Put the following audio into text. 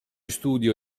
studio